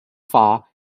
far